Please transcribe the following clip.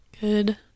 Good